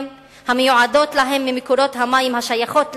המיועדות להם ממקורות המים השייכים להם,